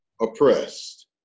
oppressed